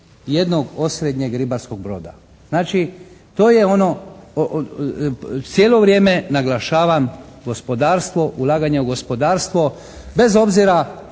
jednog osrednjeg ribarskog broda. Znači to je ono cijelo vrijeme naglašavam gospodarstvo, ulaganje u gospodarstvo bez obzira